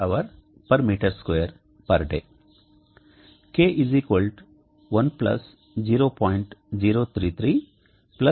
K 1 0